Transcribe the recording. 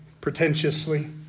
pretentiously